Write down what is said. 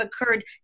occurred